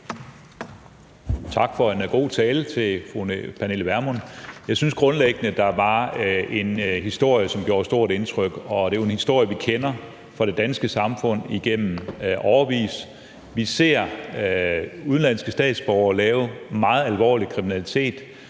Tak for en god tale til fru Pernille Vermund. Jeg synes grundlæggende, at der var en historie, der gjorde stort indtryk, og det var en historie, vi har kendt i det danske samfund i årevis. Vi ser udenlandske statsborgere lave meget alvorlig kriminalitet,